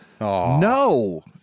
No